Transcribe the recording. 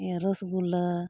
ᱤᱭᱟᱹ ᱨᱚᱥᱜᱩᱞᱞᱟᱹ